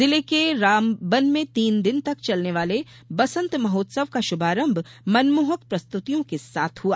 जिले के रामबन में तीन दिन तक चलने वाले बसंत महोत्सव का शुभारंभ मनमोहक प्रस्तुतियों के साथ हुआ